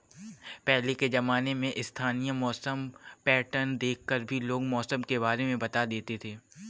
पहले के ज़माने में स्थानीय मौसम पैटर्न देख कर भी लोग मौसम के बारे में बता देते थे